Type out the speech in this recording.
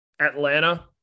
atlanta